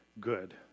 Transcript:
good